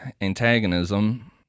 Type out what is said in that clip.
antagonism